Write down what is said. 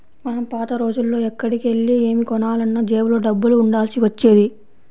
మనం పాత రోజుల్లో ఎక్కడికెళ్ళి ఏమి కొనాలన్నా జేబులో డబ్బులు ఉండాల్సి వచ్చేది